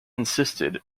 insisted